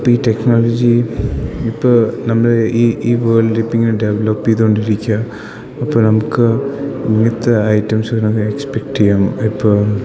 ഇപ്പം ഈ ടെക്നോളജി ഇപ്പോൾ നമ്മൾ ഈ ഈ വേൾഡ് ഇപ്പം ഇങ്ങനെ ഡെവലപ്പ് ചെയ്തു കൊണ്ടിരിക്കുക അപ്പം നമുക്ക് ഇങ്ങനത്തെ ഐറ്റംസിനെ എക്സ്പെക്ട് ചെയ്യാം ഇപ്പോൾ